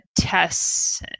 tests